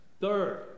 Third